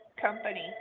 Company